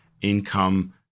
income